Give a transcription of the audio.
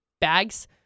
bags